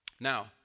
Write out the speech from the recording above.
Now